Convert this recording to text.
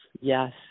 Yes